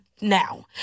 now